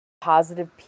positive